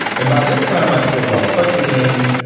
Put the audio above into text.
and by this time, i'd sort of lost touch with him.